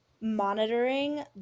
monitoring